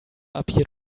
appeared